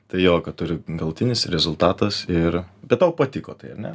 tai jo kad turi galutinis rezultatas ir bet tau patiko tai ane